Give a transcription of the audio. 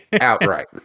outright